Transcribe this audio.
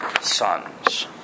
sons